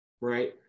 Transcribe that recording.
right